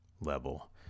level